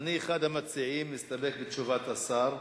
אני אחד המציעים, מסתפק בתשובת השר.